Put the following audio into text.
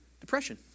Depression